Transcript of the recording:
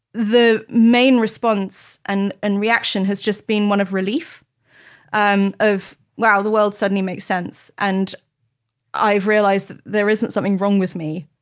the main response and and reaction has just been one of relief um of wow, the world's suddenly makes sense and i've realized that there isn't something wrong with me.